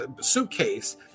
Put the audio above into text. suitcase